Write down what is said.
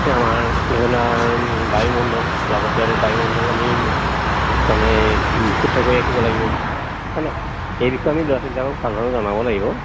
আমাৰ ধৰি লোৱা বায়ুমণ্ডল লাগতীয়াল বায়ুমণ্ডল আমি মানে বিশুদ্ধ কৰি ৰাখিব লাগিব মানে এই বিষয়ে আমি ল'ৰা ছোৱালীবিলাকক ভাল ধৰণে জনাব লাগিব